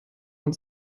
von